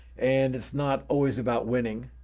and it's not always about winning.